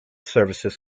services